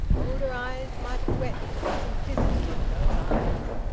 older eyes might have wept at the simplicity of those eyes.